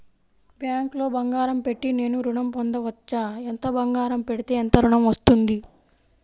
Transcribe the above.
బ్యాంక్లో బంగారం పెట్టి నేను ఋణం పొందవచ్చా? ఎంత బంగారం పెడితే ఎంత ఋణం వస్తుంది?